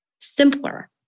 simpler